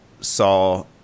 saw